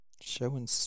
Showing